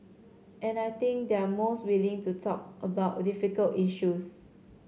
and I think they're most willing to talk about difficult issues